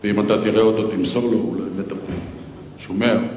ואם אתה תראה אותו, תמסור לו, אולי הוא שומע,